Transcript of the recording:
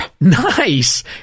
Nice